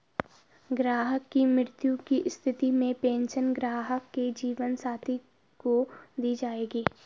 ग्राहक की मृत्यु की स्थिति में पेंशन ग्राहक के जीवन साथी को दी जायेगी